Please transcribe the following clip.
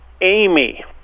amy